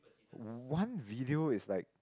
one video is like